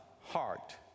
heart